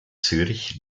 zürich